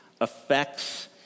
affects